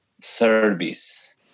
service